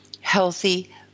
healthy